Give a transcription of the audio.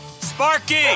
Sparky